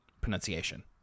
pronunciation